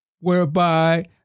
whereby